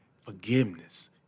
forgiveness